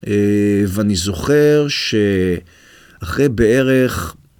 ואני זוכר שאחרי בערך...